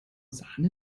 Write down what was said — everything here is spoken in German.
sahne